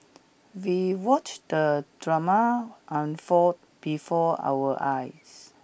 we watched the drama unfold before our eyes